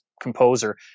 composer